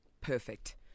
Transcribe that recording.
Perfect